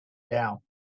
down